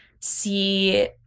see